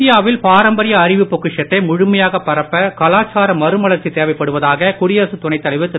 இந்தியாவில் பாரம்பரிய அறிவுப் பொக்கிஷத்தை முழுமையாக பரப்ப கலாச்சார மறுமலர்ச்சி தேவைப்படுவதாக குடியரசுத் துணைத் தலைவர் திரு